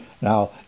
Now